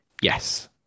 Yes